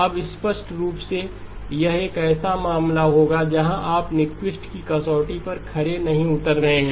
अब स्पष्ट रूप से यह एक ऐसा मामला होगा जहां आप न्युकिस्ट की कसौटी पर खरे नहीं उतर रहे हैं